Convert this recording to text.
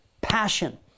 passion